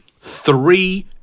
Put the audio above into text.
three